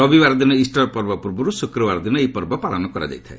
ରବିବାର ଦିନ ଇଷ୍ଟର ପର୍ବରୁ ଶୁକ୍ରବାର ଦିନ ଏହି ପର୍ବ ପାଳନ କରାଯାଇଥାଏ